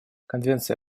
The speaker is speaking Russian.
конвенция